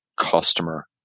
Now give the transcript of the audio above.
customer